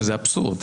זה אבסורד.